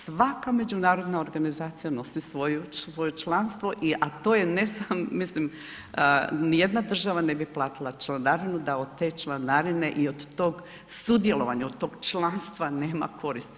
Svaka međunarodna organizacija nosi svoje članstvo i a to je ne samo, mislim ni jedna država ne bi platila članarinu da od te članarine i od tog sudjelovanja, od tog članstva nema koristi.